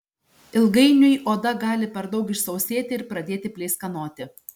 ilgainiui oda gali per daug išsausėti ir pradėti pleiskanoti